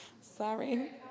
Sorry